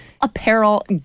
apparel